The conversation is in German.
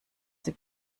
sie